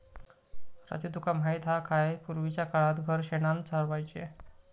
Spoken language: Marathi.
राजू तुका माहित हा काय, पूर्वीच्या काळात घर शेणानं सारवायचे